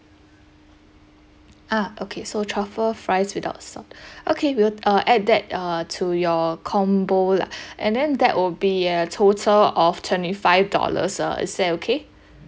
ah okay so truffle fries without salt okay we'll uh add that uh to your combo lah and then that would be a total of twenty five dollars uh is that okay